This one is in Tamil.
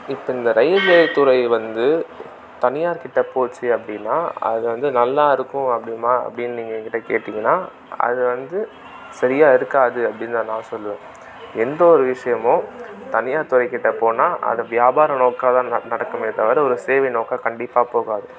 இப்போ இந்த ரயில்வே துறை வந்து தனியார்க்கிட்ட போச்சு அப்படின்னா அதை வந்து நல்லா இருக்கும் அப்படிமா அப்படின் நீங்கள் எங்கிட்ட கேட்டிங்கனால் அது வந்து சரியாக இருக்காது அப்படின்தான் நான் சொல்லுவேன் எந்தவொரு விஷயமும் தனியார் துறைக்கிட்ட போனால் அது வியாபார நோக்காகதான் ந நடக்குமே தவிர ஒரு சேவை நோக்காக கண்டிப்பாக போகாது